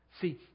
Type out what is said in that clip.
See